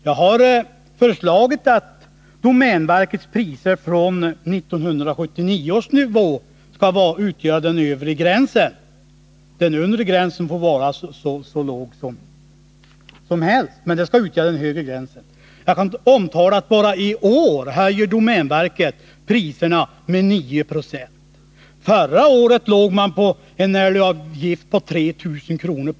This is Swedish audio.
Jag har föreslagit att domänverkets prisnivå från 1979 skall utgöra den övre gränsen. Den undre gränsen får sättas hur lågt som helst. Jag kan omtala att domänverket bara i år höjer priserna med 9 96. Förra året låg den slutliga älgavgiften på 3 000 kr.